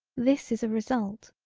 this is a result.